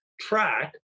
track